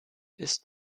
ist